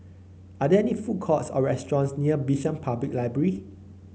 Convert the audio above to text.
are there food courts or restaurants near Bishan Public Library